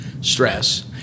stress